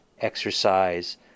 exercise